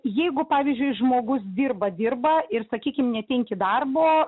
jeigu pavyzdžiui žmogus dirba dirba ir sakykim netenki darbo